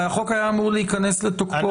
הרי החוק היה אמור להיכנס לתוקפו,